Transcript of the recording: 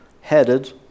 headed